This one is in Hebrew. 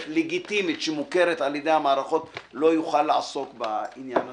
לגיטימית שמוכרת על-ידי המערכות לא יוכל לעסוק בעניין הזה,